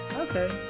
Okay